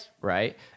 Right